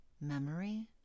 memory